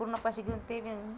पूर्ण पैसे घेऊन ते घेऊन